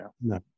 No